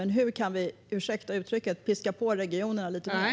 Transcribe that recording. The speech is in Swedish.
Men hur kan vi, ursäkta uttrycket, piska på regionerna lite mer?